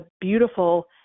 beautiful